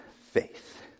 faith